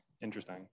interesting